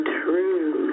true